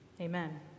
Amen